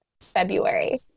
February